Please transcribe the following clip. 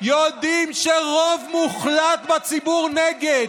יודעים שרוב מוחלט בציבור נגד,